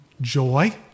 joy